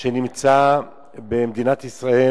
של מדינת ישראל.